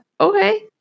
okay